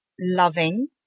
loving